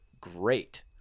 great